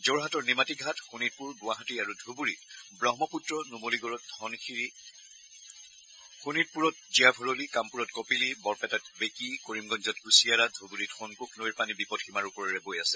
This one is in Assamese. যোৰহাটৰ নিমাটী ঘাট শোণিতপুৰ গুৱাহাটী আৰু ধুবুৰীত ব্ৰহ্মপূত্ৰ নুমলীগড়ত ধনশিৰি শোণিতপুৰত জিয়া ভৰলী কামপুৰত কপিলী বৰপেটাত বেকী কৰিমগঞ্জত কুছিয়াৰা ধুবুৰীত সোনকোষ নৈৰ পানী বিপদসীমাৰ ওপৰেৰে বৈ আছে